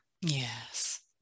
Yes